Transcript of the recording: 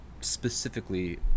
specifically